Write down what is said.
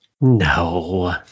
No